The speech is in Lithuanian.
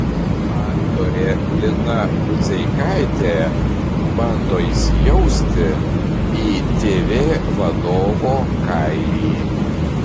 aktorė lina budzeikaitė bando įsijausti į tv vadovo kailį